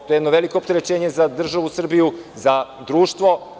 To je jedno veliko opterećenje za državu Srbiju, za društvo.